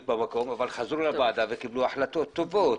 במקום אבל חזרו לוועדה וקיבלו החלטות טובות.